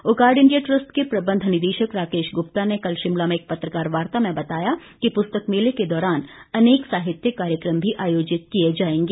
Wockhardt India trust के प्रबंध निदेशक राकेश गुप्ता ने कल शिमला में एक पत्रकार वार्ता में बताया कि पुस्तक मेले के दौरान अनेक साहित्यिक कार्यक्रम भी आयोजित किए जाएंगे